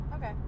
Okay